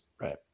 right